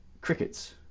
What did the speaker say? Crickets